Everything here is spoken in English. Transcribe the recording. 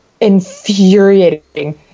infuriating